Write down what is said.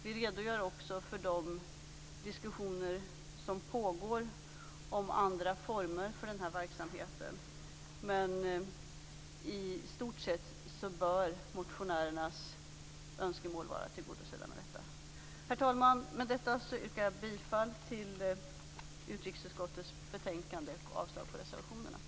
Vi redogör också för de diskussioner som pågår om andra former för verksamheten. I stort sett bör motionärernas önskemål vara tillgodosedda med detta. Herr talman! Med detta yrkar jag bifall till hemställan i utrikesutskottets betänkande och avslag på reservationerna.